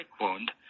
wound